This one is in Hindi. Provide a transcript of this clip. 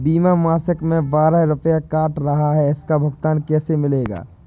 बीमा मासिक में बारह रुपय काट रहा है इसका भुगतान कैसे मिलेगा?